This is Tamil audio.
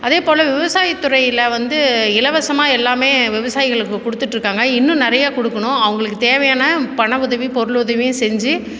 அதே போல் விவசாயத்துறையில் வந்து இலவசமாக எல்லாமே விவசாயிகளுக்கு கொடுத்துட்ருக்காங்க இன்னும் நிறைய கொடுக்குணும் அவங்களுக்கு தேவையான பண உதவி பொருளுதவியும் செஞ்சு